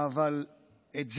אבל את זה,